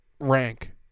rank